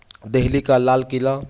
دہلی کا لال قلعہ